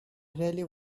really